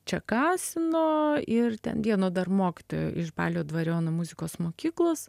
čekasino ir ten vieno dar mokytojo iš balio dvariono muzikos mokyklos